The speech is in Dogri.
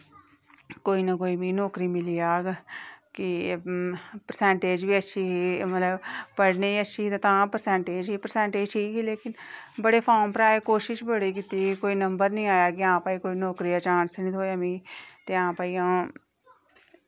की कोई ना कोई मिगी नौकरी मिली जाह्ग की परसैंटेज़ बी अच्छी ही मतलब पढ़ने च अच्छी ही ते तां गै परसैंटेज़ ही ते परसैंटेज़ अच्छी ही ते तां गै नौकरी दी बड़ी कोशिश कीती पर नंबर निं आया कि आं भई कोई नौकरी दा चांस निं थ्होया मिगी ते आं भई आं